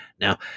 Now